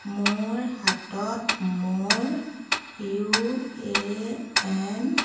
মোৰ হাতত মোৰ ইউ এ এন